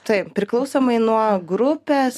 taip priklausomai nuo grupės